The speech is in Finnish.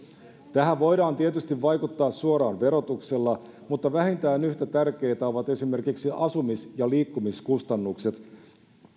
tähän voidaan tietysti vaikuttaa suoraan verotuksella mutta vähintään yhtä tärkeitä ovat esimerkiksi asumis ja liikkumiskustannukset